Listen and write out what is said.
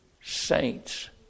saints